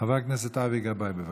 חבר הכנסת אבי גבאי, בבקשה.